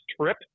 trip